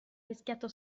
rischiato